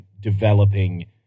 developing